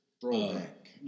Throwback